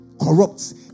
Corrupts